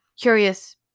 curious